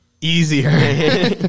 easier